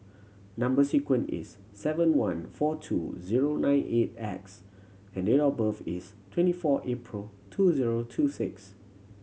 number sequence is seven one four two zero nine eight X and date of birth is twenty four April two zero two six